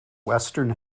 western